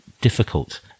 difficult